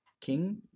king